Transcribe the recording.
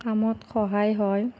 কামত সহায় হয়